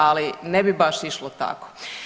Ali ne bi baš išlo tako.